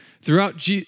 throughout